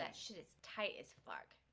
ah titus clark